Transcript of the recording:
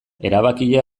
erabakia